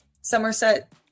Somerset